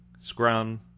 Scrum